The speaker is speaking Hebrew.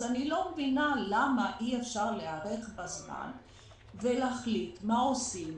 אז אני לא מבינה למה אי אפשר להיערך בזמן ולהחליט מה עושים.